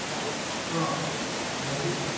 अँ अँ भोलि